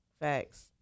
Facts